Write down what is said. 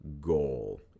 goal